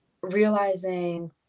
realizing